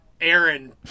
Aaron